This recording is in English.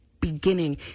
beginning